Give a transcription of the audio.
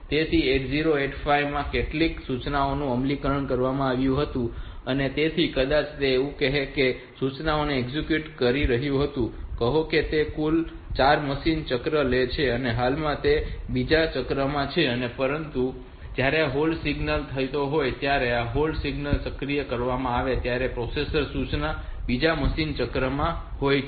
તેથી 8085 પ્રોસેસર માં કેટલીક સૂચનાઓનું અમલીકરણ કરવામાં આવ્યું હતું તેથી કદાચ તે એવું કહે છે કે તે સૂચનાને એક્ઝિક્યુટ કરી રહ્યું હતું અને કહો કે તે કુલ 4 મશીન ચક્ર લે છે અને હાલમાં તે બીજા ચક્રમાં છે હવે જ્યારે આ હોલ્ડ સિગ્નલ થયો હોય અને જયારે આ હોલ્ડ સિગ્નલ સક્રિય કરવામાં આવે ત્યારે પ્રોસેસર સૂચનાના બીજા મશીન ચક્રમાં હોય છે